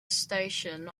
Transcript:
station